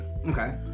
Okay